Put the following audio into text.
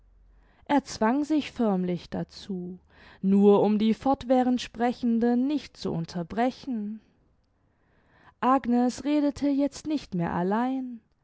er zwang sich förmlich dazu nur um die fortwährend sprechenden nicht zu unterbrechen agnes redete jetzt nicht mehr allein